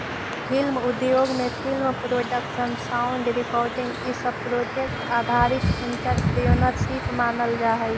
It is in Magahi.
फिल्म उद्योग में फिल्म प्रोडक्शन साउंड रिकॉर्डिंग इ सब प्रोजेक्ट आधारित एंटरप्रेन्योरशिप मानल जा हई